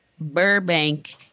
Burbank